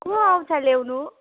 को आउँछ ल्याउनु